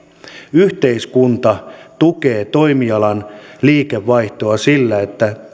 yhteiskunta tukee toimialan liikevaihtoa sillä että